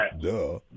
Duh